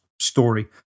story